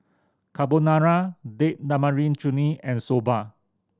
Carbonara Date Tamarind Chutney and Soba